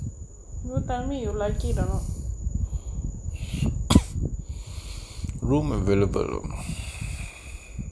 you tell me you like it or not